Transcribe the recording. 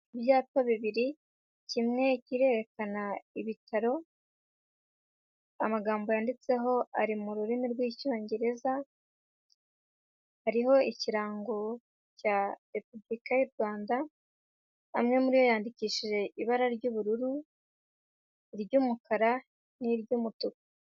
Ibyapa bibiri kimwe kirerekana ibitaro, amagambo yanditseho ari mu rurimi rw'Icyongereza, hariho ikirango cya Repubulika y'u Rwanda, amwe muri yo yandikishije ibara ry'ubururu, iry'umukara n'iry'umutuku.